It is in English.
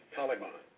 Taliban